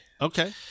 Okay